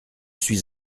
suis